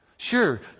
Sure